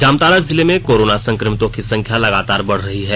जामताड़ा जिले में कोरोना संक्रमितों की संख्या लगातार बढ़ रही है